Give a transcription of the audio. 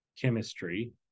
chemistry